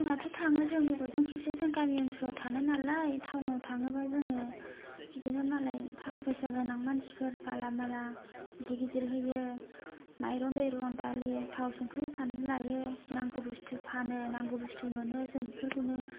टाउनावथ' थाङो जों गोबावजों खेबसे जों गामि ओनसोलाव थानाय नालाय टाउनाव थाङोबा जोङो बिदिनो मालाय थाखा फैसा गोनां मानसिफोर गालामाला गिदिर गिदिर होयो माइरं दैरं दालि थाव संख्रि फानलु लायो नांगौ बुस्तु फानो नांगौ बुस्तु मोनो जों बेफोरखौनो